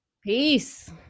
Peace